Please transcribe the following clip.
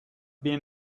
been